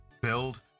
build